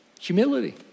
Humility